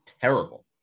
terrible